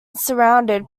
surrounded